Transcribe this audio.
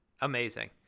Amazing